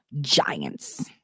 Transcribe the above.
giants